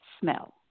Smell